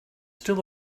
still